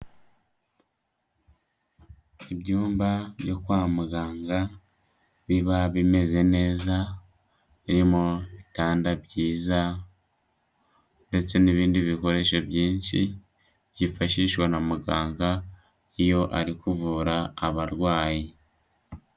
Ibyumba byo kwa muganga biba bimeze neza birimo ibitanda byiza ndetse n'ibindi bikoresho byinshi byifashishwa na muganga iyo ari kuvura abarwayi.